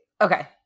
Okay